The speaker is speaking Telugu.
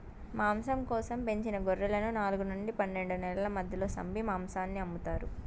మాంసం కోసం పెంచిన గొర్రెలను నాలుగు నుండి పన్నెండు నెలల మధ్య సంపి మాంసాన్ని అమ్ముతారు